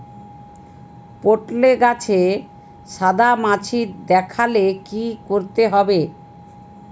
পটলে গাছে সাদা মাছি দেখালে কি করতে হবে?